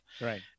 right